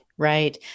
Right